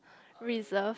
reserve